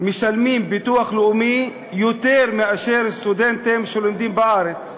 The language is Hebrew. משלמים ביטוח לאומי יותר מאשר סטודנטים שלומדים בארץ,